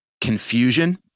confusion